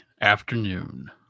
afternoon